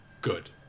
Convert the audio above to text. Good